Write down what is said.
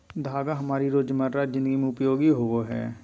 धागा हमारी रोजमर्रा जिंदगी में उपयोगी होबो हइ